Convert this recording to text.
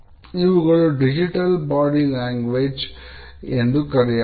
ಇವುಗಳು digital body language ಎಂದು ಕರೆಯಬಹುದು